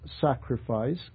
sacrifice